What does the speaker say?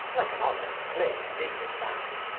like a honest plain dealing man?